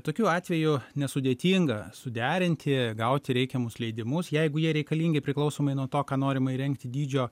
tokiu atveju nesudėtinga suderinti gauti reikiamus leidimus jeigu jie reikalingi priklausomai nuo to ką norima įrengti dydžio